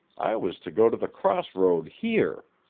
i was to go to the cross-road here,